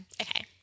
Okay